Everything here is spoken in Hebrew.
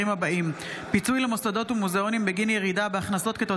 שבעה מתנגדים, אחד נמנע.